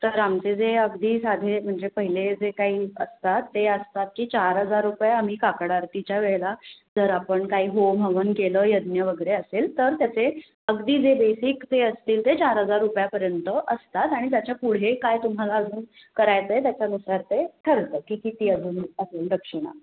तर आमचे जे अगदी साधे म्हणजे पहिले जे काही असतात ते असतात की चार हजार रुपये आम्ही काकड आरतीच्या वेळेला जर आपण काही होम हवन केलं यज्ञ वगैरे असेल तर त्याचे अगदी जे बेसिक ते असतील ते चार हजार रुपयापर्यंत असतात आणि त्याच्या पुढे काय तुम्हाला अजून करायचं आहे त्याच्यानुसार ते ठरतं की किती अजून असेल दक्षिणा